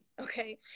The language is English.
Okay